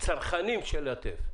צרכנים של הטף.